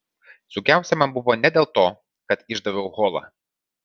sunkiausia man buvo ne dėl to kad išdaviau holą